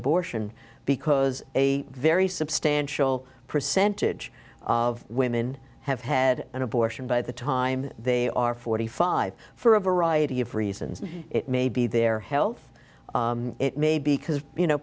abortion because a very substantial percentage of women have had an abortion by the time they are forty five for a variety of reasons it may be their health it may be